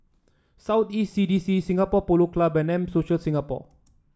South East C D C Singapore Polo Club and M Social Singapore